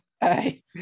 Hey